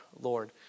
Lord